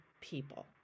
people